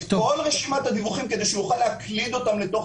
כל רשימת הדיווחים כדי שהוא יוכל להקליד אותם לתוך